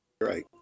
right